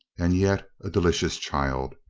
and yet a delicious child.